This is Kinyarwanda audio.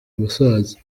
musanze